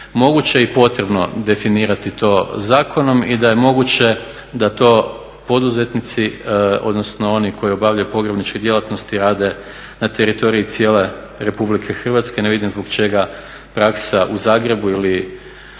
moguće i potrebno definirati to zakonom i da je moguće da to poduzetnici odnosno oni koji obavljaju pogrebničke djelatnosti rade na teritoriji cijele Republike Hrvatske, ne vidim zbog čega praksa u Zagrebu ili